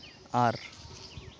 ᱟᱨ